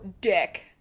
dick